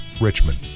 Richmond